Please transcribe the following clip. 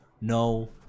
no